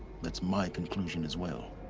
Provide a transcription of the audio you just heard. that's my conclusion as well.